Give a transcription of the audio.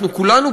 אנחנו כולנו,